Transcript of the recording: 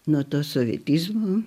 nuo to sovietizmo